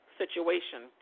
situation